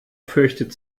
fürchtet